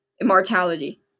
Immortality